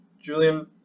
Julian